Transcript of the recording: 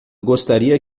gostaria